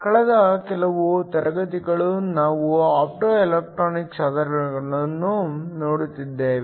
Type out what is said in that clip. ಕಳೆದ ಕೆಲವು ತರಗತಿಗಳು ನಾವು ಆಪ್ಟೊಎಲೆಕ್ಟ್ರಾನಿಕ್ ಸಾಧನಗಳನ್ನು ನೋಡುತ್ತಿದ್ದೇವೆ